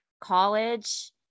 college